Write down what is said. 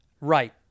Right